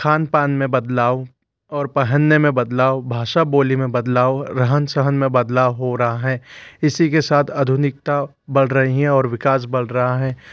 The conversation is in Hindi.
खान पान में बदलाव और पहनने में बदलाव भाषा बोली में बदलाव रहन सहन में बदलाव हो रहा है इसी के साथ आधुनिकता बढ़ रही हैं और विकास बढ़ रहा है